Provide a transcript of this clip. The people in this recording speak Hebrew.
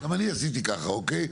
גם אני עשיתי ככה, אוקיי?